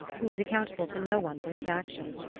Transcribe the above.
who was accountable to no one for his actions,